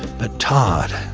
but todd,